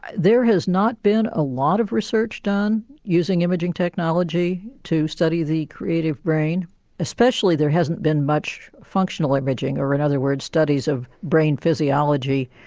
there has not been a lot of research done using imaging technology to study the creative brain especially there hasn't been much functional imaging, or in other words studies of brain physiology,